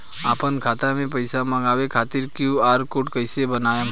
आपन खाता मे पईसा मँगवावे खातिर क्यू.आर कोड कईसे बनाएम?